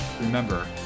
remember